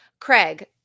Craig